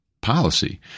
policy